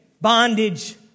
bondage